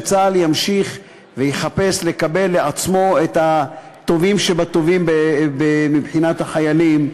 צה"ל ימשיך ויחפש לקבל לעצמו את הטובים שבטובים מבחינת החיילים,